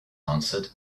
answered